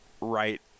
right